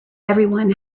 everyone